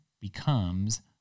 becomes